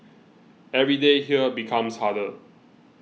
every day here becomes harder